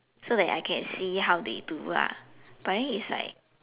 so then I can see how they do lah but then it's like